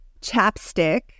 chapstick